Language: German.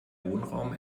wohnraum